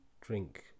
drink